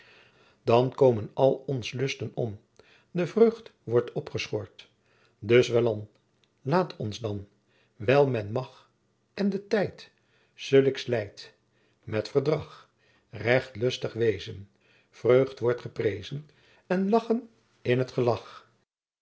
dan komen all ons lusten om de vreught wordt opgeschort dus wel an laat ons dan wijl men magh en de tijt sullix lijdt met verdragh recht lustigh wesen vreught wort gepresen en lachen in t gelach